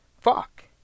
Fuck